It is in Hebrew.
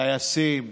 טייסים,